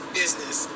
business